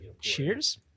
cheers